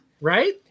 right